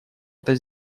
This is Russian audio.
это